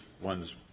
ones